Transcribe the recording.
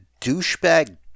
douchebag